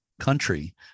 country